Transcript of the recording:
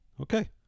Okay